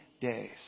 days